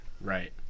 right